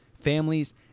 Families